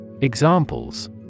Examples